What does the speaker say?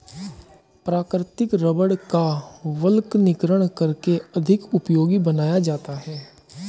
प्राकृतिक रबड़ का वल्कनीकरण करके अधिक उपयोगी बनाया जाता है